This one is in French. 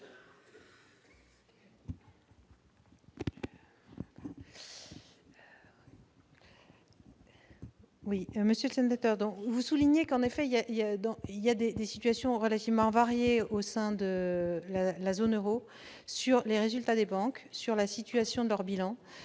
Monsieur le sénateur, vous soulignez à raison qu'il existe des situations relativement variées au sein de la zone euro s'agissant des résultats des banques, de la situation de leur bilan,